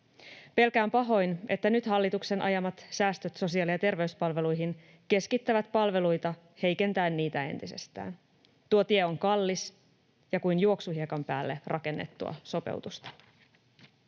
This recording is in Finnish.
Pelkään pahoin, että nyt hallituksen ajamat säästöt sosiaali- ja terveyspalveluihin keskittävät palveluita heikentäen niitä entisestään. Tuo tie on kallis ja kuin juoksuhiekan päälle rakennettua sopeutusta.